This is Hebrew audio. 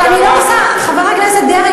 חבר הכנסת דרעי,